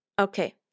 Okay